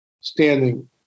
standing